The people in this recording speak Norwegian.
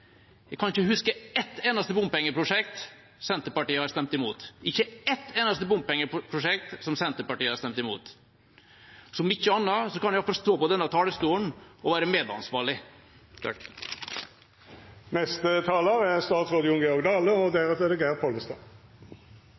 Jeg kan ikke huske ett eneste bompengeprosjekt Senterpartiet har stemt imot – ikke ett eneste bompengeprosjekt. Så om ikke annet, kan han i alle fall stå på denne talerstolen og være medansvarlig. Det er smått sjarmerande, vil eg nesten seie, når ein høyrer Arbeidarpartiet og